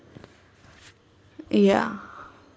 ya